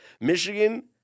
Michigan